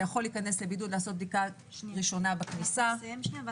אתה יכול להיכנס לבידוד ולבצע בדיקה ראשונה עם הכניסה לבידוד.